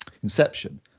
Inception